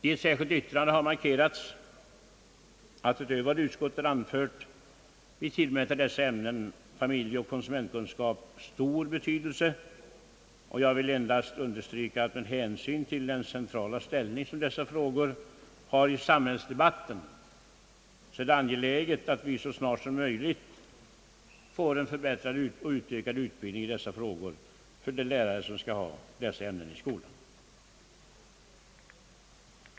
I ett särskilt yttrande har markerats att, utöver vad utskottet anfört, vi tillmäter dessa ämnen, familjeoch konsumentkunskap, stor betydelse. Jag vill endast understryka att det med hänsyn till den centrala ställning dessa frågor har i samhällsdebatten är angeläget att vi så snart som möjligt får en förbättrad och utökad utbild ning av de lärare som skall undervisa i dessa ämnen i skolan.